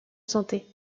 santé